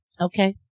okay